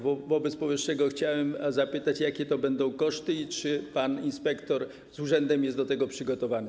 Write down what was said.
Wobec powyższego chciałem zapytać: Jakie to będą koszty i czy pan inspektor z urzędem jest do tego przygotowany?